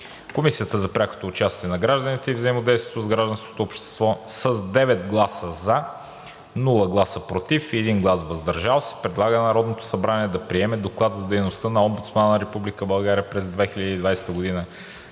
Комисията за прякото участие на гражданите и взаимодействието с гражданското общество с 9 гласа „за“, без „против“ и 1 глас „въздържал се“ предлага на Народното събрание да приеме Доклад за дейността на Омбудсмана на Република България през 2020 г.,